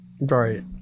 Right